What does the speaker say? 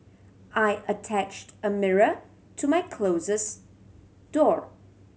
I attached a mirror to my closet door